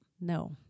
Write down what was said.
no